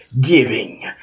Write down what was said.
giving